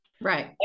Right